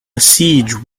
siege